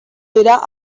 dira